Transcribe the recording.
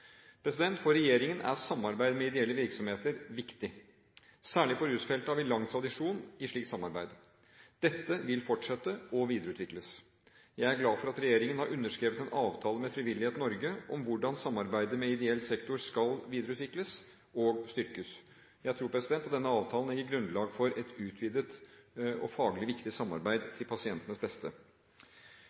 For regjeringen er samarbeid med ideelle virksomheter viktig. Særlig på rusfeltet har vi lang tradisjon i slikt samarbeid. Dette vil fortsette og videreutvikles. Jeg er glad for at regjeringen har underskrevet en avtale med Frivillighet Norge om hvordan samarbeidet med ideell sektor skal videreutvikles og styrkes. Jeg tror at denne avtalen legger grunnlag for et utvidet og faglig viktig samarbeid, til pasientenes beste.